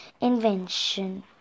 invention